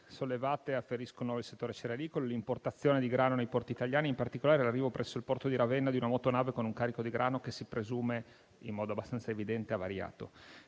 sollevate afferiscono al settore cerealicolo, all'importazione di grano nei porti italiani e in particolare all'arrivo presso il porto di Ravenna di una motonave con un carico di grano che si presume, in modo abbastanza evidente, avariato.